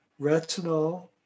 retinol